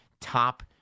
top